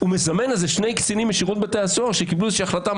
הוא מזמן איזה שני קצינים משירות בתי הסוהר שקיבלו איזה החלטה,